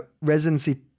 residency